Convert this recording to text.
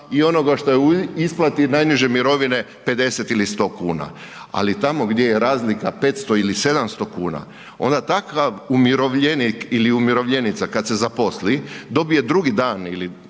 i onoga što je u isplati najniže mirovine 50 ili 100 kuna, ali tamo gdje je razlika 500 ili 700 kuna onda takav umirovljenik ili umirovljenica kad se zaposli dobije drugi dan ili